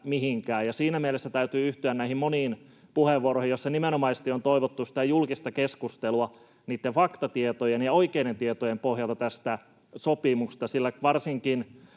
Siinä mielessä täytyy yhtyä näihin moniin puheenvuoroihin, joissa nimenomaisesti on toivottu julkista keskustelua niitten faktatietojen ja oikeiden tietojen pohjalta tästä sopimuksesta,